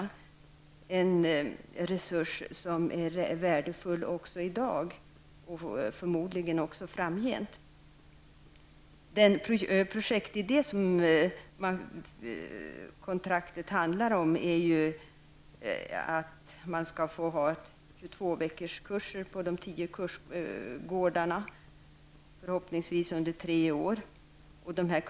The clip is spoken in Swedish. Är det en resurs som är värdefull också i dag och framgent? Den projektidé som kontraktet omfattar går ut på att man skall hålla 22 veckors kurser på nykterhetsrörelsens tio kursgårdar under förhoppningsvis tre år.